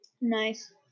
Nice